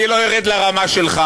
אני לא ארד לרמה שלך